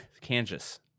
Kansas